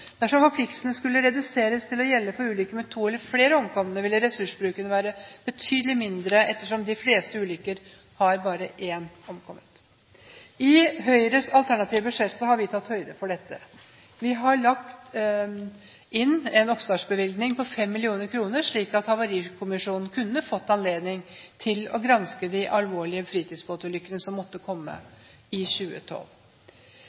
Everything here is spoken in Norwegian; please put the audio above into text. Dersom forpliktelsen skulle reduseres til å gjelde for ulykker med to eller flere omkomne, ville ressursbruken være betydelig mindre ettersom de fleste ulykkene har bare én omkommet.» I Høyres alternative budsjett har vi tatt høyde for dette. Vi har lagt inn en oppstartsbevilgning på 5 mill. kr, slik at Havarikommisjonen kunne fått anledning til å granske de alvorlige fritidsbåtulykkene som måtte